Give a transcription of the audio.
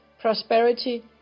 prosperity